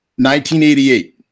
1988